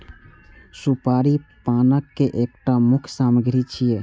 सुपारी पानक एकटा मुख्य सामग्री छियै